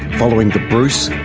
following the bruce,